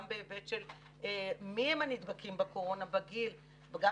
גם בהיבט של מי הם הנדבקים בקורונה בגיל וגם